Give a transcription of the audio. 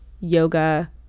yoga